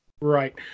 Right